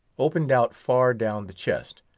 opened out far down the chest,